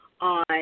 on